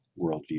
worldview